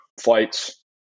flights